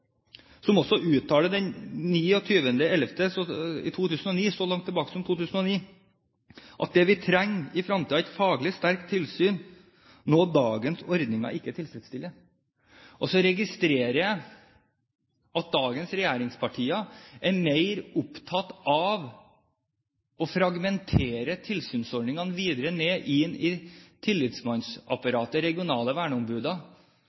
den 26. november i 2009 – altså så langt tilbake som i 2009 – at det vi trenger i fremtiden, er et «faglig sterkt tilsyn, noe dagens ordning ikke tilfredsstiller». Så registrerer jeg at dagens regjeringspartier er mer opptatt av å fragmentere tilsynsordningene videre ned i